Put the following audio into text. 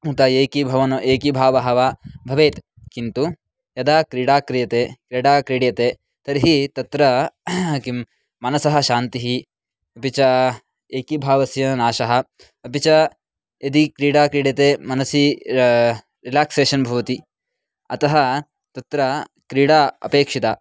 उत एकीभावः एकीभावः वा भवेत् किन्तु यदा क्रीडा क्रीड्यते क्रीडा क्रीड्यते तर्हि तत्र किं मनसः शान्तिः अपि च एकीभावस्य नाशः अपि च यदि क्रीडा क्रीड्यते मनसि रिलाक्सेषन् भवति अतः तत्र क्रीडा अपेक्षिता